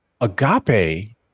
Agape